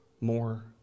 more